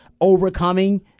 overcoming